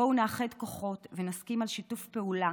בואו נאחד כוחות ונסכים על שיתוף פעולה